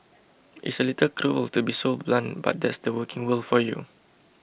it's a little cruel to be so blunt but that's the working world for you